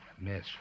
Miss